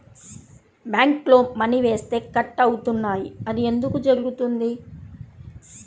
బ్యాంక్లో మని వేస్తే కట్ అవుతున్నాయి అది ఎందుకు జరుగుతోంది?